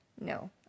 no